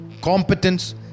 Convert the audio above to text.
competence